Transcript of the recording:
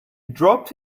dropped